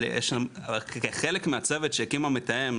חלק מהצוות שהקים המתאם,